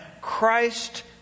Christ